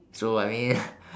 so I mean